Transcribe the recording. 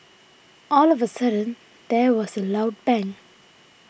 all of a sudden there was a loud bang